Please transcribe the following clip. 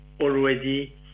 already